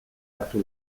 hartu